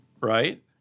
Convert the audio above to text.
right